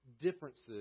differences